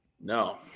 No